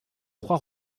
trois